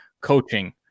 coaching